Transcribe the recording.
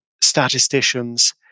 statisticians